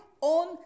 on